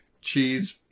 cheese